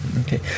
Okay